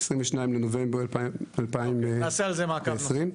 22 בנובמבר 2020. בסדר, נעשה על זה מעקב נוסף.